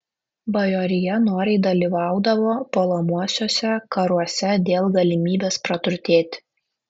bajorija noriai dalyvaudavo puolamuosiuose karuose dėl galimybės praturtėti